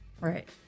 Right